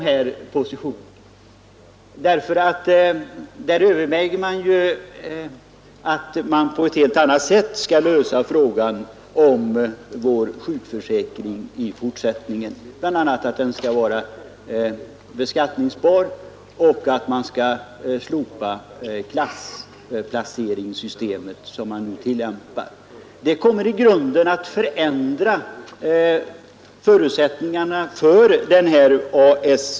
Utredningen överväger ju en helt annan lösning av frågan om vår sjukförsäkring, bl.a. att ersättningen skall vara beskattningsbar och att man skall slopa det klassplaceringssystem som nu tillämpas. Det kommer att i grunden förändra förutsättningarna för AGS.